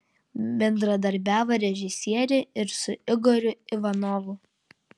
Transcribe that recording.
bendradarbiavo režisierė ir su igoriu ivanovu